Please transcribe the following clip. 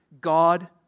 God